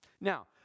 Now